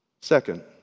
Second